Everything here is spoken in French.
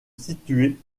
situées